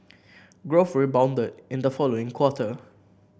growth rebounded in the following quarter